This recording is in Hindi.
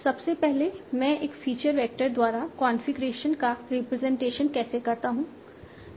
सबसे पहले मैं एक फीचर वेक्टर द्वारा कॉन्फ़िगरेशन का रिप्रेजेंटेशन कैसे करता हूं